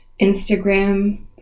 Instagram